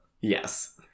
Yes